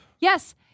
Yes